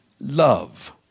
love